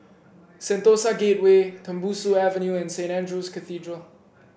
Sentosa Gateway Tembusu Avenue and Saint Andrew's Cathedral